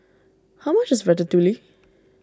how much is Ratatouille